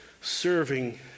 serving